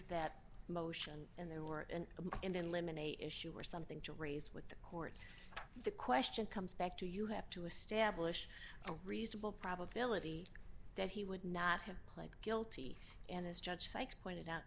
that motion and there were an indian women a issue or something to raise with the court the question comes back to you have to establish a reasonable probability that he would not have pled guilty and as judge sykes pointed out